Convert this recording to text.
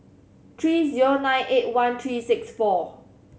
three zero nine eight one three six four